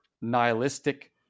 nihilistic